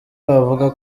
bavuga